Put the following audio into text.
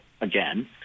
again